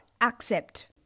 accept